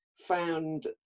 found